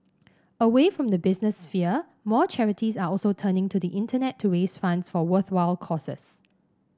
away from the business sphere more charities are also turning to the Internet to raise funds for worthwhile causes